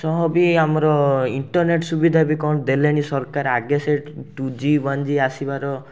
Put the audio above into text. ସହ ବି ଆମର ଇଣ୍ଟରନେଟ୍ ସୁବିଧା ବି କ'ଣ ଦେଲେଣି ସରକାର ଆଗେ ସେ ଟୁ ଜି ୱାନ୍ ଜି ଆସିବାର